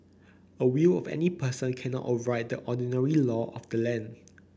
a will of any person cannot override the ordinary law of the land